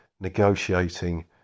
negotiating